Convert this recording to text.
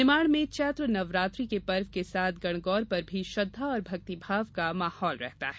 निमाड़ में चैत्र नवरात्रि पर्व के साथ गणगौर पर भी श्रद्धा और भक्तिभाव का माहौल रहता है